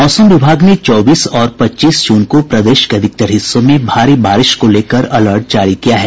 मौसम विभाग ने चौबीस और पच्चीस जून को प्रदेश के अधिकतर हिस्सों में भारी बारिश को लेकर अलर्ट जारी किया है